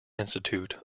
institute